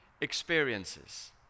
experiences